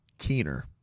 Keener